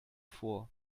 vor